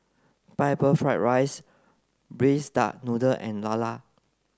pineapple fried rice braised duck noodle and Lala